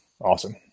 Awesome